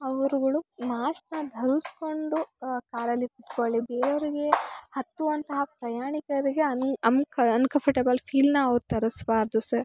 ಅವ್ರ್ಗಳು ಮಾಸ್ಕ್ನ ಧರಿಸ್ಕೊಂಡು ಕಾರಲ್ಲಿ ಕುತ್ಕೊಳ್ಳಿ ಬೇರೆಯವ್ರಿಗೆ ಹತ್ತುವಂತಹ ಪ್ರಯಾಣಿಕರಿಗೆ ಅನ್ ಅಮ್ ಕ ಅನ್ಕಂಫಟೇಬಲ್ ಫೀಲ್ನ ಅವ್ರು ತರಿಸ್ಬಾರ್ದು ಸರ್